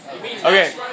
Okay